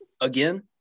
Again